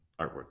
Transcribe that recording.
artwork